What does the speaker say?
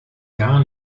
gar